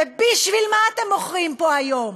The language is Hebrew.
ובשביל מה אתם מוכרים פה היום?